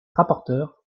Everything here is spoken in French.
rapporteure